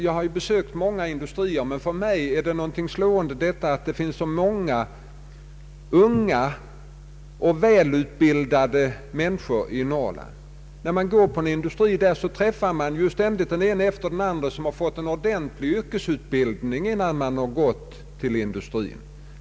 Jag har besökt många industrier, och för mig är det slående att det finns så många unga och välutbildade människor i Norrland. När man där går runt på ett industriföretag, träffar man många som har fått en ordentlig yrkesutbildning innan de har gått till industrin.